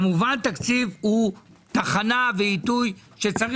כמובן תקציב הוא תחנה ועיתוי שצריך